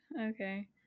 okay